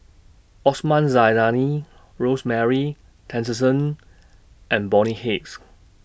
Osman Zailani Rosemary Tessensohn and Bonny Hicks